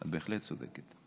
את בהחלט צודקת.